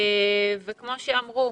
כמו שאמרו,